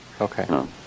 Okay